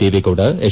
Deve Gowda H